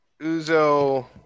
Uzo